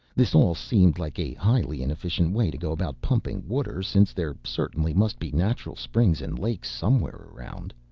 this all seemed like a highly inefficient way to go about pumping water since there certainly must be natural springs and lakes somewhere around.